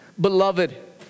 Beloved